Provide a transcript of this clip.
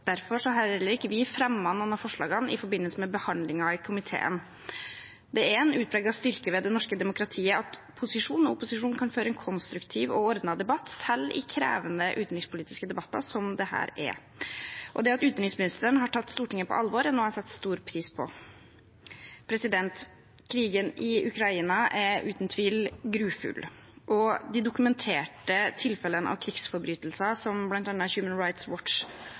Derfor har heller ikke vi fremmet noen av forslagene i forbindelse med behandlingen i komiteen. Det er en utpreget styrke ved det norske demokratiet at posisjon og opposisjon kan føre en konstruktiv og ordnet debatt, selv i krevende utenrikspolitiske debatter som dette er. Det at utenriksministeren har tatt Stortinget på alvor, er noe jeg setter stor pris på. Krigen i Ukraina er uten tvil grufull, og de dokumenterte tilfellene av krigsforbrytelser som bl.a. Human Rights